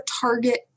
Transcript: target